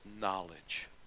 knowledge